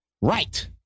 right